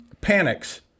panics